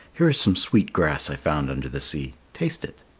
here is some sweet grass i found under the sea. taste it.